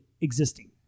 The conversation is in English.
existing